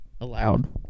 allowed